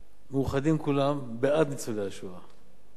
מאוחדים כולם בעד ניצולי השואה.